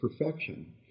perfection